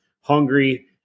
hungry